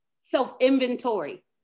self-inventory